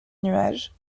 nuages